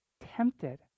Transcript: tempted